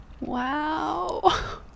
Wow